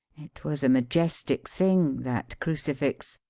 it was a majestic thing, that crucifix,